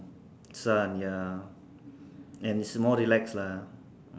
sun ya and it's more relax lah